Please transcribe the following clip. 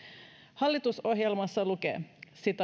hallitusohjelmassa lukee